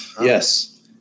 Yes